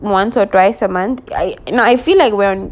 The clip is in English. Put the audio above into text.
once or twice a month I now I feel like we're